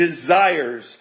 desires